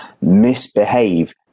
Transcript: misbehave